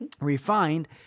refined